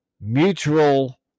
mutual